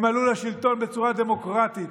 הם עלו לשלטון בצורה דמוקרטית,